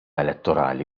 elettorali